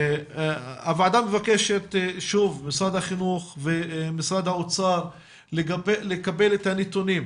הוועדה מבקשת שוב ממשרד החינוך וממשרד האוצר לקבל את הנתונים,